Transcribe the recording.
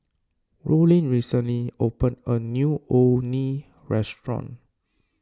Rollin recently opened a new Orh Nee restaurant